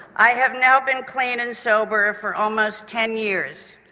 i have now been clean and sober for almost ten years,